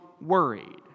worried